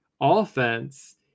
offense